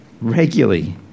regularly